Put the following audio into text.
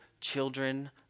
children